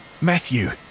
Matthew